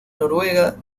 noruega